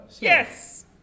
Yes